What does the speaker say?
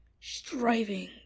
striving